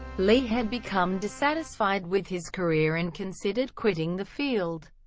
lee had become dissatisfied with his career and considered quitting the field.